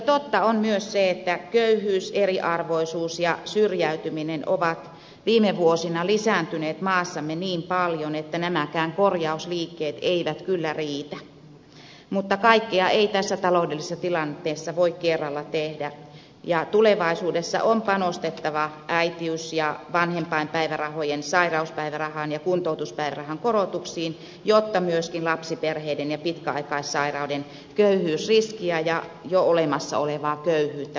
totta on myös se että köyhyys eriarvoisuus ja syrjäytyminen ovat viime vuosina lisääntyneet maassamme niin paljon että nämäkään korjausliikkeet eivät kyllä riitä mutta kaikkea ei tässä taloudellisessa tilanteessa voi kerralla tehdä ja tulevaisuudessa on panostettava äitiys ja vanhempainpäivärahojen sairauspäivärahan ja kuntoutuspäivärahan korotuksiin jotta myöskin lapsiperheiden ja pitkäaikaissairaiden köyhyysriskiä ja jo olemassa olevaa köyhyyttä voidaan vähentää